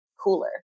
cooler